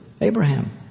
Abraham